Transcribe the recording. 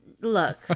Look